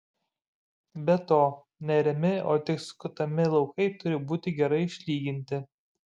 be to neariami o tik skutami laukai turi būti gerai išlyginti